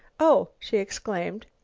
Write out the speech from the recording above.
oh! she exclaimed,